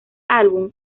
álbum